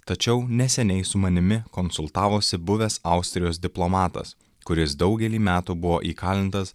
tačiau neseniai su manimi konsultavosi buvęs austrijos diplomatas kuris daugelį metų buvo įkalintas